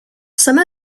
some